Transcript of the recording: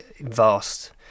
vast